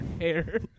hair